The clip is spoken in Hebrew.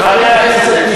חבר הכנסת,